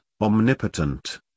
omnipotent